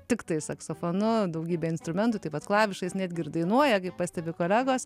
tiktai saksofonu daugybe instrumentų taip pat klavišais netgi ir dainuoja kaip pastebi kolegos